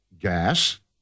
Gas